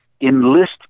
enlist